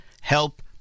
help